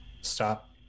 Stop